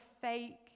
fake